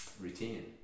routine